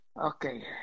okay